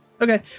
Okay